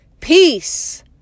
peace